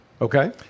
Okay